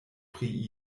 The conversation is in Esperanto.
pri